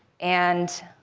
and